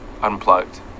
unplugged